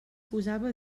posava